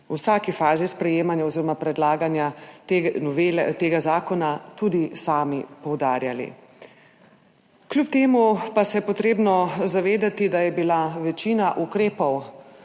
v vsaki fazi sprejemanja oziroma predlaganja tega zakona tudi sami poudarjali. Kljub temu pa se je potrebno zavedati, da je bila večina ukrepov,